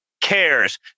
cares